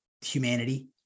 humanity